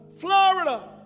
Florida